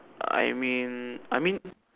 I mean I mean